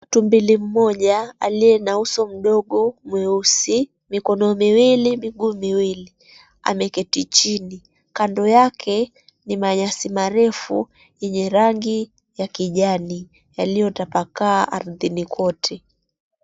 Tumbili mmoja, aliye na uso mdogo mweusi, mikono miwili, miguu miwili, ameketi chini. Kando yake ni manyasi marefu, yenye rangi ya kijani, yaliyotapakaa ardhini kote.